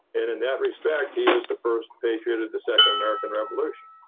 and in that respect, he is the first patriot of the second american revolution.